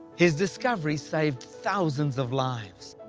his discovery saved thousands of lives.